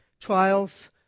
trials